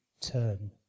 turn